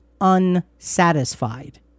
unsatisfied